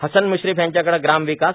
हसन म्श्रीफ यांच्याकडे ग्राम विकास